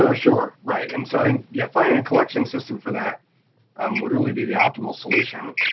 and sure, right. and so, yeah, finding a collection system for that um would really be the optimal solution,